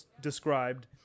described